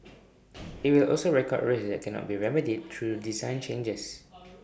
IT will also record risks cannot be remedied through design changes